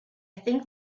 think